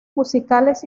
musicales